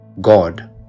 God